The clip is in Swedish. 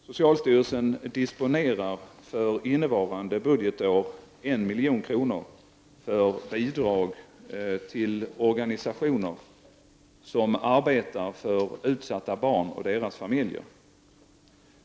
Socialstyrelsen disponerar för innevarande budgetår 1 milj.kr. för bidrag till organisationer som arbetar för utsatta barn och deras familjer.